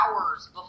hours